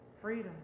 Freedom